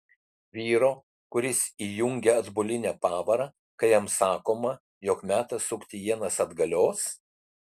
vyro kuris įjungia atbulinę pavarą kai jam sakoma jog metas sukti ienas atgalios